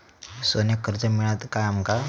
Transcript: सोन्याक कर्ज मिळात काय आमका?